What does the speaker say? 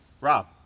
Rob